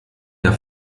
der